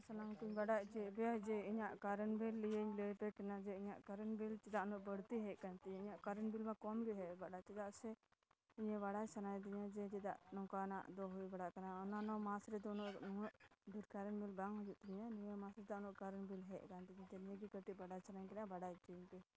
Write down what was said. ᱥᱟᱱᱟᱢ ᱠᱚᱧ ᱵᱟᱰᱟᱭ ᱡᱮ ᱡᱮ ᱤᱧᱟᱹᱜ ᱠᱟᱨᱮᱱᱴ ᱵᱤᱞ ᱤᱭᱟᱹᱧ ᱞᱟᱹᱭ ᱯᱮ ᱠᱤᱱᱟ ᱡᱮ ᱤᱧᱟᱜ ᱠᱟᱨᱮᱱᱴ ᱵᱤᱞ ᱪᱮᱫᱟᱜ ᱩᱱᱟᱹᱜ ᱵᱟᱹᱲᱛᱤ ᱦᱮᱡ ᱠᱟᱱ ᱛᱤᱧᱟᱹ ᱤᱧᱟᱹᱜ ᱠᱟᱨᱮᱱᱴ ᱵᱤᱞ ᱢᱟ ᱠᱚᱢ ᱜᱮ ᱦᱮᱡ ᱵᱟᱲᱟᱜᱼᱟ ᱪᱮᱫᱟᱜ ᱥᱮ ᱤᱧᱟᱹᱜ ᱵᱟᱲᱟᱭ ᱥᱟᱱᱟᱭᱤᱫᱤᱧᱟ ᱡᱮ ᱪᱮᱫᱟᱜ ᱱᱚᱝᱠᱟᱱᱟᱜ ᱫᱚ ᱦᱩᱭ ᱵᱟᱲᱟᱜ ᱠᱟᱱᱟ ᱚᱱᱟ ᱢᱟᱥ ᱨᱮᱫᱚ ᱩᱱᱟᱹᱜ ᱩᱱᱟᱹᱜ ᱵᱤᱨ ᱠᱟᱨᱮᱱᱴ ᱵᱤᱞ ᱵᱟᱝ ᱦᱩᱭᱩᱜ ᱛᱤᱧᱟᱹ ᱱᱤᱭᱟᱹ ᱢᱟᱥ ᱨᱮᱫᱚ ᱩᱱᱟᱹᱜ ᱠᱟᱨᱮᱱᱴ ᱵᱤᱞ ᱦᱮᱡ ᱠᱟᱱ ᱛᱤᱧᱟᱹ ᱡᱮ ᱱᱤᱭᱟᱹ ᱜᱮ ᱠᱟᱹᱴᱤᱡ ᱵᱟᱰᱟᱭ ᱥᱟᱱᱟᱭᱤᱧ ᱠᱟᱱᱟ ᱵᱟᱰᱟᱭ ᱦᱚᱪᱚᱧ ᱯᱮ